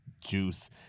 juice